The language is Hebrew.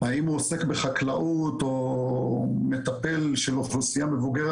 האם הוא עוסק בחקלאות או מטפל של אוכלוסייה מבוגרת,